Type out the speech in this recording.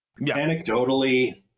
anecdotally